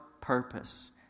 purpose